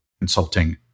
consulting